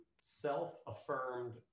self-affirmed